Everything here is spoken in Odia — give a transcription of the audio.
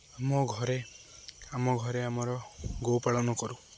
ଆମ ଘରେ ଆମ ଘରେ ଆମର ଗୋପାଳନ କରୁ